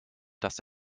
dass